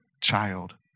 child